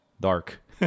dark